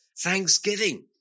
thanksgiving